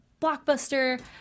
blockbuster